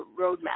roadmap